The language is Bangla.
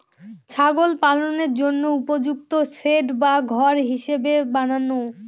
ছাগল পালনের জন্য উপযুক্ত সেড বা ঘর কিভাবে বানাবো?